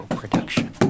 production